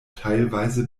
teilweise